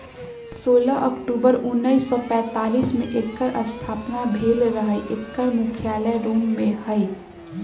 सोलह अक्टूबर उनइस सौ पैतालीस में एकर स्थापना भेल रहै एकर मुख्यालय रोम में हइ